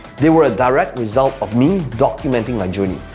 they were a direct result of me documenting my journey.